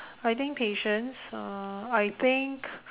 I think patience uh I think